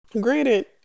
Granted